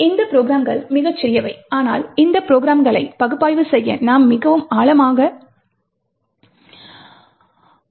இந்த ப்ரோக்ராம்கள் மிகச் சிறியவை ஆனால் இந்த ப்ரோக்ராம்களை பகுப்பாய்வு செய்ய நாம் மிகவும் ஆழமாக செல்வோம்